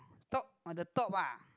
top on the top ah